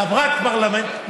חברת הפרלמנט,